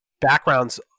backgrounds